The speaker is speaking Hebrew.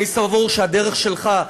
אני סבור שהדרך שלך,